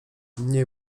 nie